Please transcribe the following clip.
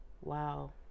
Wow